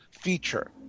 Feature